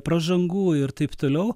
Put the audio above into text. pražangų ir taip toliau